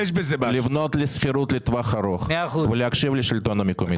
לבנות לשכירות לטווח ארוך ולהקשיב לשלטון המקומי.